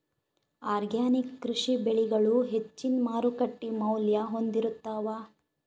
organic ಕೃಷಿ ಬೆಳಿಗಳು ಹೆಚ್ಚಿನ್ ಮಾರುಕಟ್ಟಿ ಮೌಲ್ಯ ಹೊಂದಿರುತ್ತಾವ